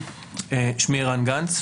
שמי ערן גנץ,